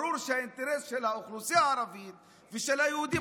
ברור שהאינטרס של האוכלוסייה הערבית ושל היהודים